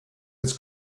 its